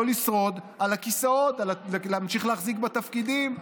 לשרוד על הכיסאות ולהמשיך להחזיק בתפקידים.